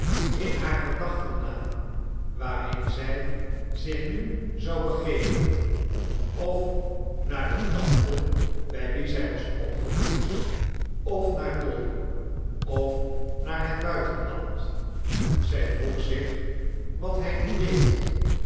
in haar gedachten na waarheen zij zich nu zou begeven of naar de tante bij wie zij was opgevoed of naar dolly of naar het buitenland zij vroeg zich wat hij nu deed